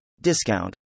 Discount